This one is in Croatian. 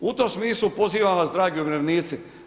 U tom smislu, pozivam vas, dragi umirovljenici.